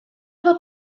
fel